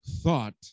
thought